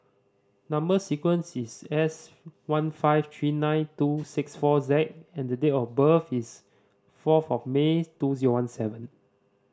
number sequence is S one five three nine two six four Z and the date of birth is fourth of May two zero one seven